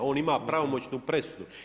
On ima pravomoćnu presudu.